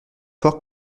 forts